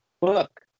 Look